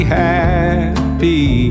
happy